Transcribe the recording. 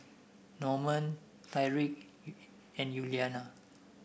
Normand Tyriq and Yuliana